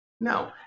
No